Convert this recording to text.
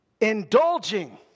Indulging